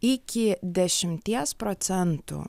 iki dešimties procentų